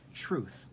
truth